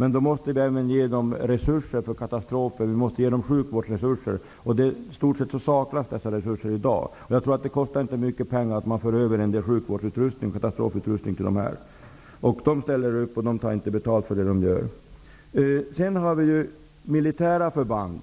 Men de måste få resurser för katastrofer, t.ex. sjukvårdsresurser. Dessa resurser saknas i stort sett i dag. Jag tror inte att det kostar mycket pengar att föra över en sjukvårdsutrustning eller en katastrofutrustning till hemvärnet. Hemvärnet ställer upp och tar inte betalt för det som man gör. För det andra finns det militära förband.